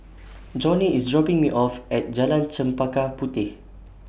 Joni IS dropping Me off At Jalan Chempaka Puteh